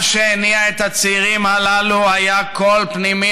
מה שהניע את הצעירים הללו היה קול פנימי